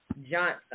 Johnson